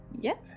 yes